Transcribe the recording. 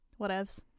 Whatevs